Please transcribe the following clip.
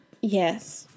Yes